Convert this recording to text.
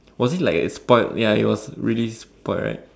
was it like a spoiled ya it was really spoiled right